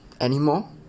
anymore